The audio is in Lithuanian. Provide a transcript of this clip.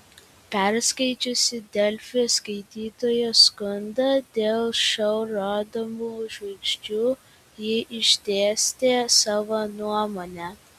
perskaičiusi delfi skaitytojo skundą dėl šou rodomų žvaigždžių ji išdėstė savo nuomonę